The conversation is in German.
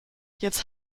jetzt